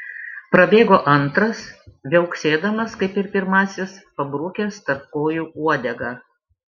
prabėgo antras viauksėdamas kaip ir pirmasis pabrukęs tarp kojų uodegą